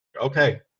okay